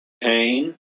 Pain